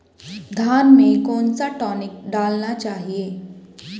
धान में कौन सा टॉनिक डालना चाहिए?